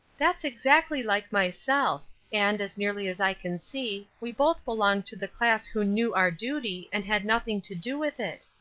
that's exactly like myself and, as nearly as i can see, we both belong to the class who knew our duty, and had nothing to do with it.